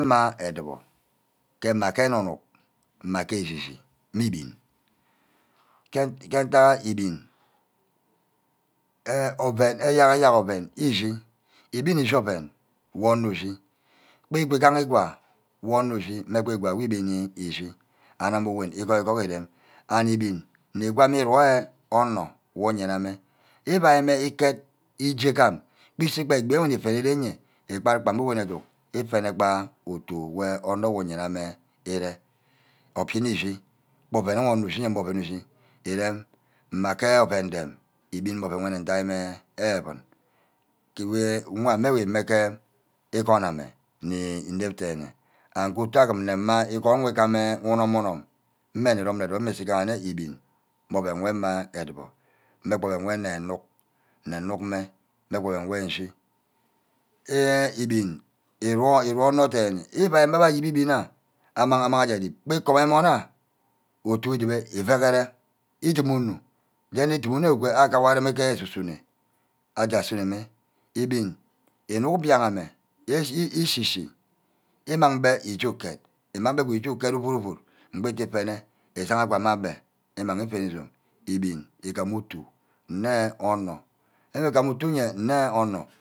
Mma adubor, ke mme ke anug-nug, mma ke eshishi mme ebin, ke ntagha ebin oven, eyeck-yerk oven ushi,. ebin ushi-oven wor onor ushi, gba igwa egaha igwa wor onor ushi mme gba igwa wey ebin echi and oven igor-igor urem and ebin nugwam. iroi onor wu yarachame iveu mme iket je gam ishi-gba egbi wor nne vene rene eyeah ikpad gba mme uru aduck uven gba utu wor onor wor iyana-mme ire,. obin ishi oven wor onor ushi mme oven who eshi irem mma ke aven ndem ebin mme oven mme ndiahme aven. The way nwame nimeke igon ame nni inep denne ago utu agim. nne mma igon wey iku unum unum, mme nni rome nne odubor, mmusu igaha-ne ebin mme oven wor mma adubor, mme gba oven wor nne nuck, ne nuck mme oven wer inshi, enh ebin. ewo-ewor onor den-ne, ivai mme abbe ayibe ebin am ama-amah aje dip, gba icome amon am utu dube ivaghere, idumo unu, yene udum unu igo owor wer areme ke esu-son asa suno mme, ebin inuck mbia-ama echi-chi, imang be uje ukek, imang beh uje uket ovud-ovud mbe-iti fene ijagha mme abbe imangi ifeni izome, ebin igama utu, nne onor, we igam ufu utu ye nne onor